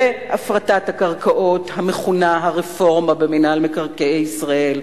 והפרטת הקרקעות המכונה הרפורמה במינהל מקרקעי ישראל,